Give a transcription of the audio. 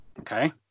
Okay